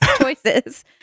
choices